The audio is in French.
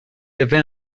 avait